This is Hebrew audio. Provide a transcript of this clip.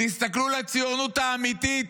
לציונות האמיתית,